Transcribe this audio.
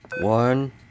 One